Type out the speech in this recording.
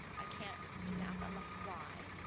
i can't do math on the fly,